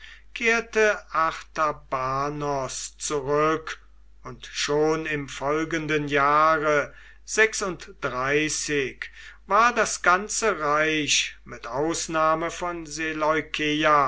artabanos zurück und schon im folgenden jahre war das ganze reich mit ausnahme von